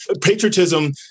patriotism